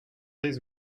des